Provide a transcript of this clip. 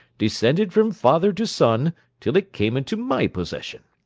descended from father to son till it came into my possession.